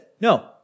No